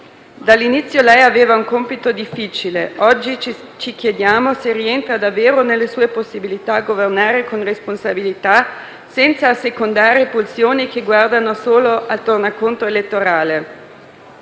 Dall'inizio lei aveva un compito difficile. Oggi ci chiediamo se rientra davvero nelle sue possibilità governare con responsabilità, senza assecondare pulsioni che guardano solo al tornaconto elettorale.